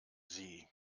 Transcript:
sie